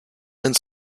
and